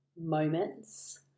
moments